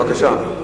בבקשה.